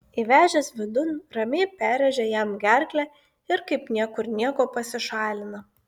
įvežęs vidun ramiai perrėžia jam gerklę ir kaip niekur nieko pasišalina